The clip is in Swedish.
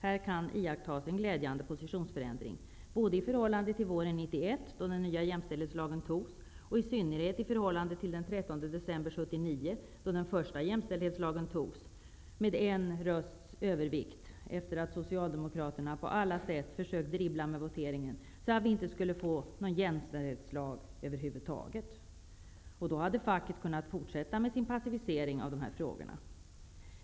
Här kan iakttas en glädjande positionsförändring, i förhållande till våren 1991 då den nya jämställdhetslagen antogs och i synnerhet i förhållande till den 13 december 1979 då den första jämställdhetslagen antogs med en rösts övervikt, efter det att Socialdemokraterna på alla sätt försökt dribbla med voteringen så att vi inte skulle få någon jämställdhetslag över huvud taget. Då hade facket kunnat fortsätta med sin passivisering av dessa frågor.